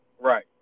Right